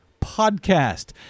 podcast